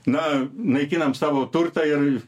na naikinam savo turtą ir